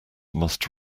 must